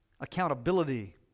accountability